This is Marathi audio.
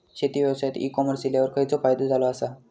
शेती व्यवसायात ई कॉमर्स इल्यावर खयचो फायदो झालो आसा?